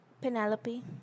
Penelope